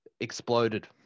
Exploded